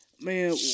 Man